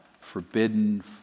forbidden